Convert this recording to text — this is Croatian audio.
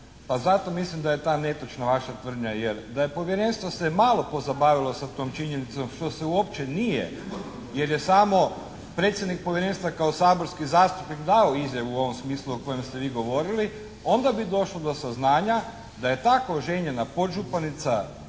Pa mislim da je ta netočna vaša tvrdnja. Jer da je Povjerenstvo se malo pozabavilo sa tom činjenicom što se uopće nije, jer je samo predsjednik Povjerenstva kao saborski zastupnik dao izjavu u ovom smislu o kojem ste bi govorili onda bi došlo do saznanja da je tako oženjena podžupanica